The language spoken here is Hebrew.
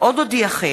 עוד אודיעכם